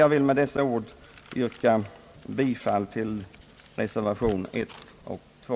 Jag vill med dessa ord yrka bifall till reservationerna 1 och 2.